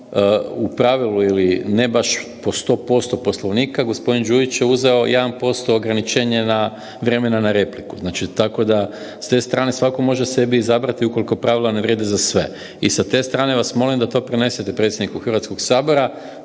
u pravilu ili ne baš po 100% Poslovnika gospodin Đujić je uzeo 1% ograničenja vremena na repliku, znači tako s te strane svatko može sebi izabrati ukoliko pravila ne vrijede za sve. I sa te strane vas molim da to prenesete predsjedniku Hrvatskog sabora